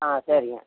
ஆ சரிங்க